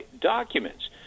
documents